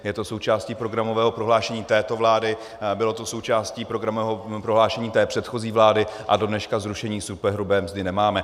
Je to součástí programového prohlášení této vlády, bylo to i součástí programového prohlášení té předchozí vlády, a do dneška zrušení superhrubé mzdy nemáme.